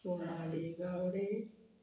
Sonali Gawade